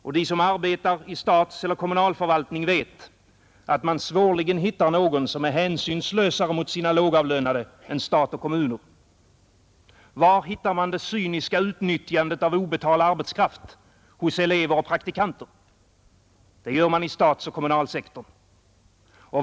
Och de som arbetar i statlig eller kommunal förvaltning vet att man svårligen hittar någon som är hänsynslösare mot sina lågavlönade än stat och kommuner. Var hittar man det cyniska utnyttjandet av obetald arbetskraft hos elever och praktikanter? Inom statsoch kommunalsektorn.